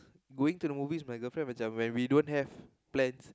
going to the movies my girlfriend macam we don't have plans